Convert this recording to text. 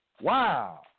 Wow